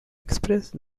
expressed